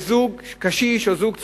לזוג קשיש, או לזוג צעיר.